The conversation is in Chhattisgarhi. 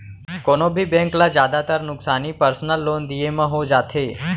कोनों भी बेंक ल जादातर नुकसानी पर्सनल लोन दिये म हो जाथे